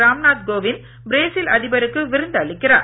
Ram Nath Kovind Brazil அதிபருக்கு விருந்து அளிக்கிறார்